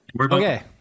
okay